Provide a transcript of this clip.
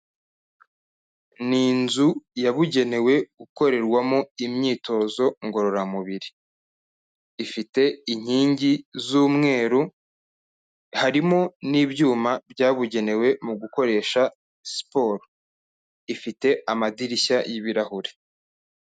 Ni inzu yabugenewe gukorerwamo imyitozo ngororamubiri, ifite inkingi z'umweru, harimo n'ibyuma byabugenewe mu gukoresha siporo, ifite amadirishya y'ibirahure.